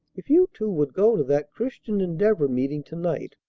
if you two would go to that christian endeavor meeting to-night.